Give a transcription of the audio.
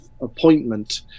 appointment